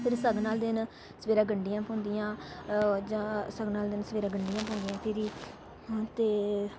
फिर सगन आहले दिन सबेरे गड्डियां औंदिया सगन आहले दिन सबेरे गंड्डियां बनानी फिरी ते